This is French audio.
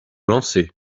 lancer